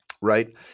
Right